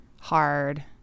hard